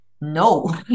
no